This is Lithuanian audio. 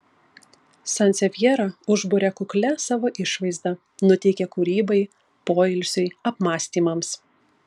sansevjera užburia kuklia savo išvaizda nuteikia kūrybai poilsiui apmąstymams